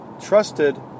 trusted